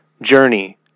journey